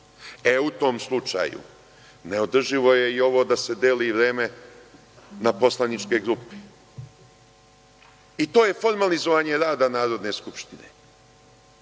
U tom slučaju neodrživo je i ovo da se deli vreme na poslaničke grupe. I to je formalizovanje rada Narodne skupštine.